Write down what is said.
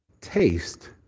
taste